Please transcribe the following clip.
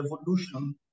evolution